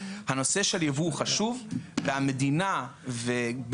הנושא של יבוא הוא חשוב והמדינה וגם